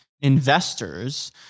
investors